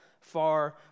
far